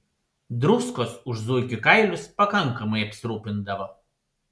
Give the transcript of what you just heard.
druskos už zuikių kailius pakankamai apsirūpindavo